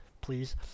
please